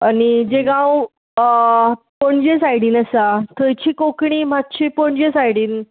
आनी जें गांव पणजे सायडीन आसा थंयची कोंकणी मात्शी पणजे सायडीन